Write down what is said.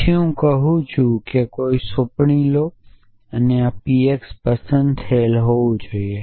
પછી હું કહું છું કે કોઈ પણ સોંપણી લો અને આ px પસંદ થયેલ હોવું જોઈએ